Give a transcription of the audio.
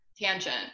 tangent